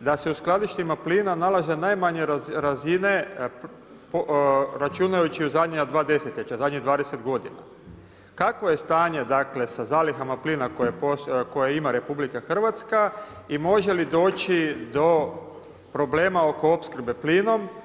da se u skladištima plina, nalaze najmanje razine, računajući zadnja 2 desetljeća, zadnjih 20 g. Kakvo je stanje, dakle, sa zalihama plina koje ima RH i može li doći do problema oko opskrbe plinom.